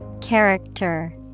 Character